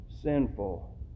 sinful